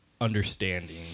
understanding